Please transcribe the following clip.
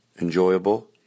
enjoyable